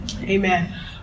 Amen